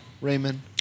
Raymond